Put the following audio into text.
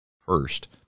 first